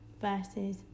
versus